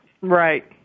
Right